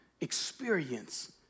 Experience